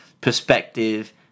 perspective